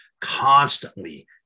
constantly